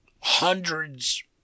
hundreds